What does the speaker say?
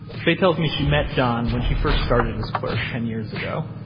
faye tells me she met john when she first started as clerk ten years ago.